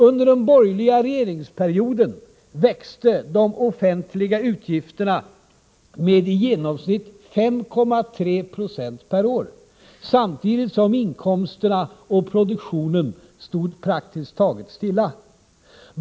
Under den borgerliga regeringsperioden växte de offentliga utgifterna medi genomsnitt 5,3 20 per år, samtidigt som inkomsterna och produktionen stod praktiskt taget stilla.